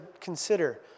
consider